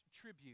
tribute